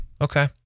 okay